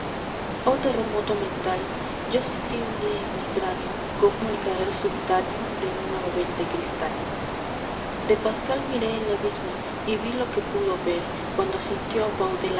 oh terremoto mental yo sentí un día en mi cráneo como el caer subitáneo de una babel de cristal de pascal miré el abismo y vi lo que pudo ver cuando sintió